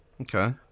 Okay